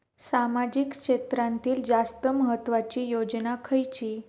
सामाजिक क्षेत्रांतील जास्त महत्त्वाची योजना खयची?